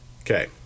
Okay